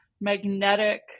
magnetic